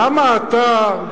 למה אתה,